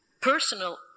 personal